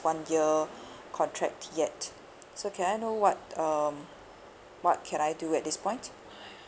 one year contract yet so can I know what um what can I do at this point